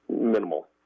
minimal